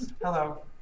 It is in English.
Hello